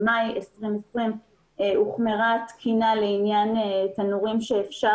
במאי 2020 הוחמרה התקינה לעניין תנורים שאפשר